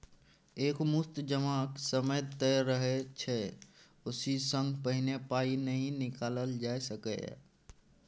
एक मुस्त जमाक समय तय रहय छै ओहि सँ पहिने पाइ नहि निकालल जा सकैए